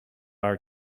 our